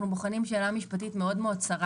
אנו בוחנים שאלה משפטית מאוד צרה